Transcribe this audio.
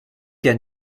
der